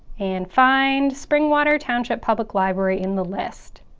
and find springwater township public library in the list.